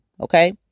okay